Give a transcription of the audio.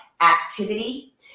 activity